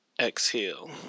exhale